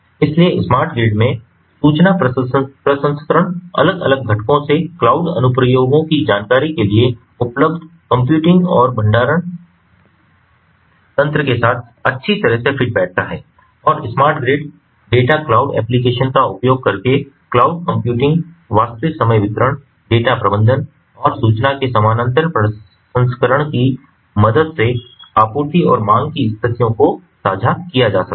इसलिए smart grid में सूचना प्रसंस्करण अलग अलग घटकों से क्लाउड अनुप्रयोगों की जानकारी के लिए उपलब्ध कंप्यूटिंग और भंडारण तंत्र के साथ अच्छी तरह से फिट बैठता है और smart grid data cloud application का उपयोग करके क्लाउड कंप्यूटिंग वास्तविक समय वितरण डेटा प्रबंधन और सूचना के समानांतर प्रसंस्करण की मदद से आपूर्ति और मांग की स्थितियों को साझा किया जा सकता है